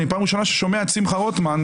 פעם ראשונה שאני שומע את שמחה רוטמן,